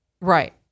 right